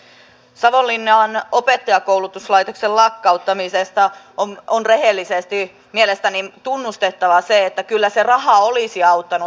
savonlinnan opettajakoulutuslaitoksen lakkauttamisesta on rehellisesti mielestäni tunnustettava se että kyllä se raha olisi auttanut